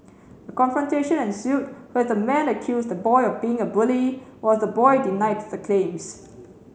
a confrontation ensued where the man accused the boy of being a bully while the boy denied the claims